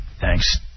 Thanks